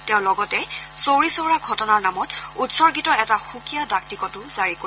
তেওঁ লগতে চৌৰি চৌৰা ঘটনাৰ নামত উৎসৰ্গীত এটা সুকীয়া ডাক টিকটো জাৰি কৰিব